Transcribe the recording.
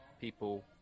people